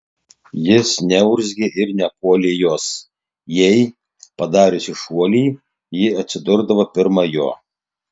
jis neurzgė ir nepuolė jos jei padariusi šuolį ji atsidurdavo pirma jo